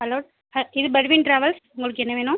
hello ஹ இது Parveen travels உங்களுக்கு என்ன வேணும்